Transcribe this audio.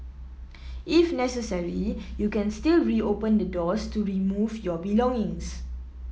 if necessary you can still reopen the doors to remove your belongings